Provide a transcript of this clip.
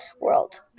world